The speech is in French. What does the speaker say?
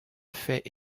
fait